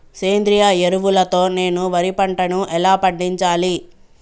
సేంద్రీయ ఎరువుల తో నేను వరి పంటను ఎలా పండించాలి?